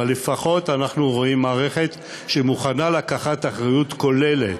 אבל לפחות אנחנו רואים מערכת שמוכנה לקחת אחריות כוללת.